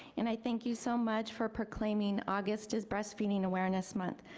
and i thank you so much for proclaiming august as breastfeeding awareness month.